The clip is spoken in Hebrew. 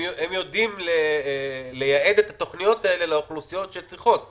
הם יודעים לייעד את התוכניות האלה לאוכלוסיות שצריכות אותן.